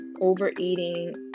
overeating